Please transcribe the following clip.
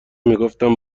میگفتم